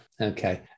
Okay